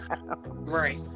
Right